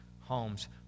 homes